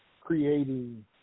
creating